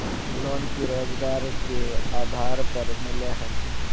Loan की रोजगार के आधार पर मिले है?